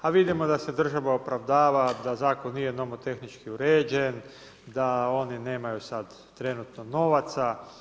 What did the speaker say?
A vidimo da se država opravdava da zakon nije nomotehnički uređen, da oni nemaju sad trenutno novaca.